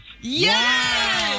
Yes